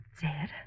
Dead